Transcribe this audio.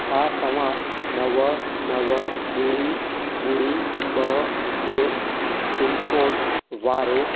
छा तव्हां नव नव ॿुड़ी ॿुड़ी ॿ टे पिनकोड वारे